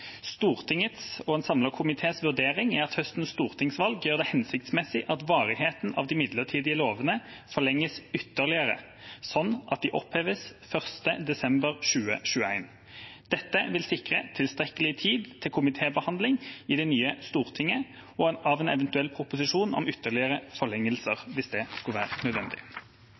Stortingets, og en samlet komités, vurdering er at høstens stortingsvalg gjør det hensiktsmessig at varigheten av de midlertidige lovene forlenges ytterligere, sånn at de oppheves 1. desember 2021. Dette vil sikre tilstrekkelig tid til komitébehandling i det nye stortinget av en eventuell proposisjon om ytterligere forlengelser, hvis det skulle være nødvendig.